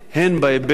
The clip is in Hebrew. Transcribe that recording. הן בהיבט